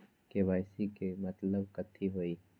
KYC के मतलब कथी होई?